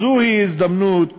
אז זוהי הזדמנות